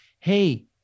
Hey